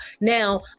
Now